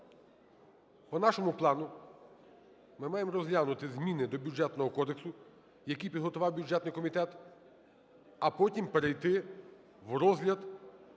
по нашому плану ми маємо розглянути зміни до Бюджетного кодексу, які підготував бюджетний комітет, а потім перейти в розгляд Закону